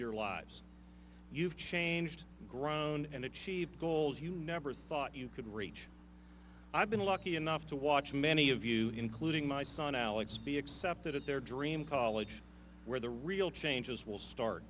your lives you've changed grown and achieve goals you never thought you could reach i've been lucky enough to watch many of you including my son alex be accepted at their dream college where the real changes will start